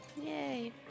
Yay